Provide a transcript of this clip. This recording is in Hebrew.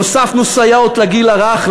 הוספנו סייעות לגיל הרך.